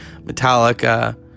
Metallica